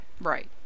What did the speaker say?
Right